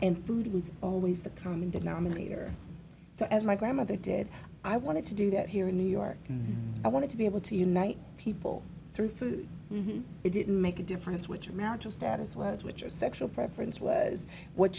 and food was always the common denominator so as my grandmother did i wanted to do that here in new york and i wanted to be able to unite people through food it didn't make a difference which marital status was which or sexual preference was what